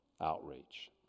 outreach